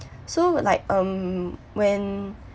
so like um when